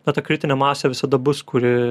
na ta kritinė masė visada bus kuri